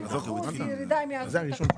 הוא מדבר על 70% ירידה אם יעשו את הכול.